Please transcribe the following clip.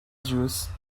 juice